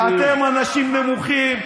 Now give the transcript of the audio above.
אתם אנשים נמוכים.